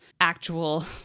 actual